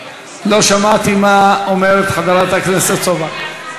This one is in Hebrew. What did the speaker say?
לא שמעתי מה חברת הכנסת סופה אומרת.